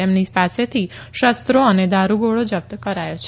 તેમની પાસેથી શસ્ત્રો અને દારૂગોળો જપ્ત કરાયો છે